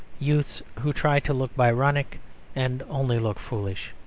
youths who try to look byronic and only look foolish.